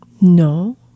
No